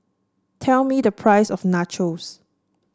tell me the price of Nachos